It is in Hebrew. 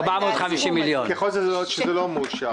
ככל שזה לא מאושר.